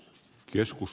joskus